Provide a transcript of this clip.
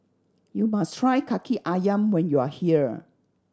you must try Kaki Ayam when you are here